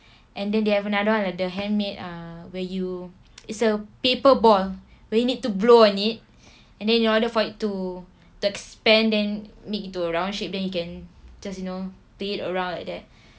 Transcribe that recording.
and then they have another one with the handmade ah where you it's a paper ball where you need to blow on it and then in order for it to to expand then make into a round shape then you can just you know play it around like that